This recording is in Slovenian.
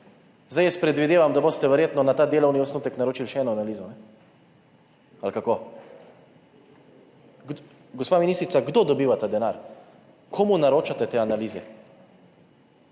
Jaz predvidevam, da boste verjetno na ta delovni osnutek naročili še eno analizo. Ali kako? Gospa ministrica, kdo dobiva ta denar? Komu naročate te analize?